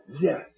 Yes